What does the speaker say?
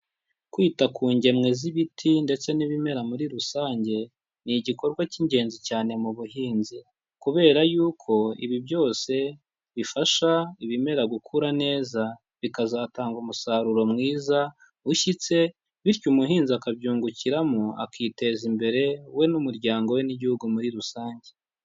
Kwita ku ngemwe z'ibiti ndetse n'ibimera muri rusange ni igikorwa cy'ingenzi cyane mu buhinzi. Kubera yuko ibi byose bifasha ibimera gukura neza bikazatanga umusaruro mwiza ushyitse, bityo umuhinzi akabyungukiramo, akiteza imbere we n'umuryango we n'igihugu muri rusange.